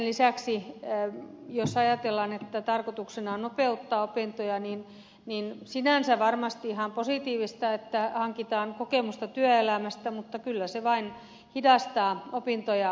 sen lisäksi jos ajatellaan että tarkoituksena on nopeuttaa opintoja niin sinänsä varmasti ihan positiivista että hankitaan kokemusta työelämästä mutta kyllä se vain hidastaa opintoja